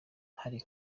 hari